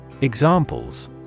Examples